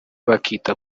bakita